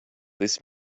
this